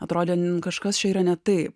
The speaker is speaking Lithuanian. atrodė kažkas čia yra ne taip